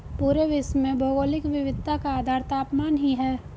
पूरे विश्व में भौगोलिक विविधता का आधार तापमान ही है